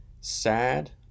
sad